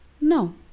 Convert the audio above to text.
no